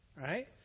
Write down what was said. Right